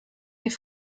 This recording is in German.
die